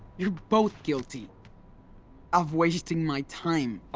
you're both guilty of wasting my time.